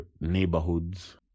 neighborhoods